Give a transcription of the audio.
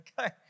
Okay